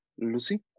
Lucy